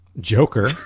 Joker